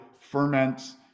ferments